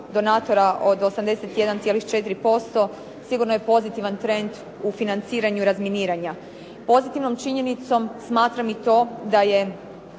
od 81,4% sigurno je pozitivan trend u financiranju razminiranja. Pozitivnom činjenicom smatram i to da je